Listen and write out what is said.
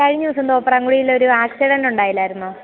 കഴിഞ്ഞ ദിവസം തോപ്രാംകുടിയിൽ ഒരു ആക്സിഡൻ്റ് ഉണ്ടായില്ലായിരുന്നോ